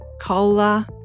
Cola